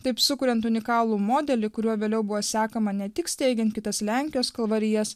taip sukuriant unikalų modelį kuriuo vėliau buvo sekama ne tik steigiant kitas lenkijos kalvarijas